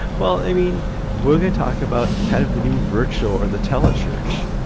well i mean we're going to talk about kind of the new virtual or the tele-church